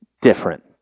different